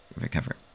recover